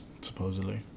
supposedly